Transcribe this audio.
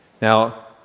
Now